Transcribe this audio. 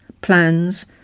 plans